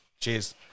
Cheers